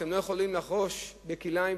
אתן לא יכולות לחרוש בכלאיים,